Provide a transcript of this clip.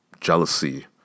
jealousy